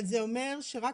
אבל זה אומר שרק